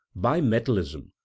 bimetallism